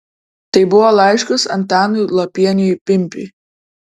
tai buvo laiškas antanui lapieniui pimpiui